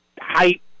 height